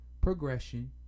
progression